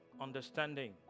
understanding